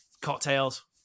cocktails